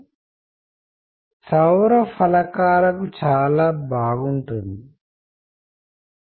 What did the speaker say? కానీ ఎప్పుడు వరకు అయితే మనకు దాని సందర్భం తెలియదో దాని నేపథ్యం తెలియదో మనము దానిని అర్థంచేసుకునే స్థితిలో ఉండము